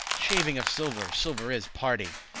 shaving of silver, silver is, pardie.